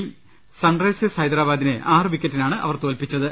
യിൽ sunrisers ഹൈദരബാദിനെ ആറു വിക്കറ്റിനാണ് അവർ തോല്പിച്ച ത്